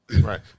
Right